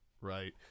right